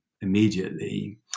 immediately